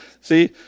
See